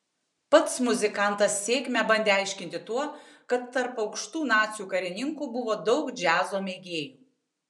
pats muzikantas sėkmę bandė aiškinti tuo kad tarp aukštų nacių karininkų buvo daug džiazo mėgėjų